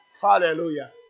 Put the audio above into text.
Hallelujah